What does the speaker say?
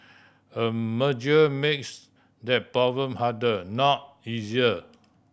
a merger makes that problem harder not easier